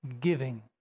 giving